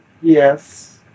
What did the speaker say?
Yes